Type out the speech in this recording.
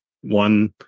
one